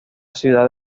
ciudad